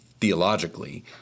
theologically